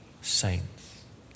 saints